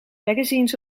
magazines